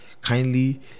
kindly